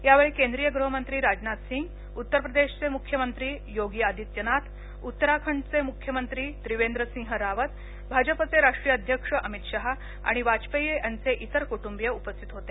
यावेळी केंद्रीय गृहमंत्री राजनाथसिंग उत्तर प्रदेशचे मुख्यमंत्री योगी आदित्यनाथ उत्तराखंडचे मुख्यमंत्री त्रिवेंद्र सिंह रावत भाजपचे राष्ट्रीय अध्यक्ष अमित शहा आणि वाजपेयी यांचे इतर कुटुंबीय उपस्थित होते